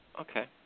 Okay